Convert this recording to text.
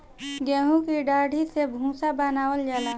गेंहू की डाठी से भूसा बनावल जाला